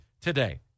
today